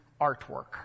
artwork